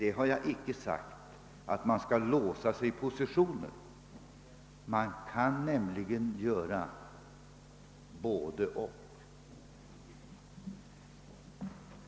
Därmed har jag dock icke sagt att man bör låsa sina positioner — man kan nämligen tänka sig ett både-och.